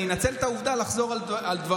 אני אנצל את העובדה, לחזור על דברים.